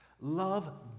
Love